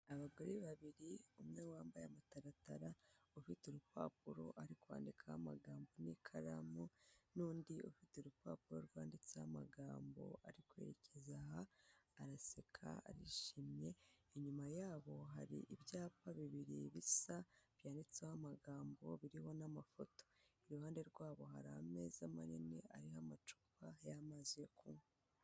Abagore babiri umwe wambaye amataratara ufite urupapuro ari kwandikaho amagambo n'ikaramu n'undi ufite urupapuro rwanditseho amagambo ari kwerekeza aha araseka arishimye, inyuma yabo hari ibyapa bibiri bisa byanditseho amagambo biriho n'amafoto. Iruhande rwabo hari ameza manini ariho amacupa y'amazi yo kunywa.